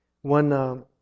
One